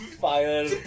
fire